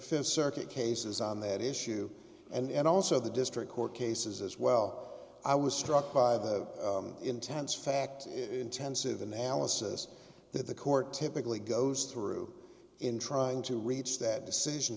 th circuit cases on that issue and also the district court cases as well i was struck by the intense fact intensive analysis that the court typically goes through in trying to reach that decision